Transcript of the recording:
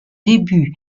début